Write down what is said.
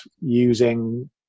using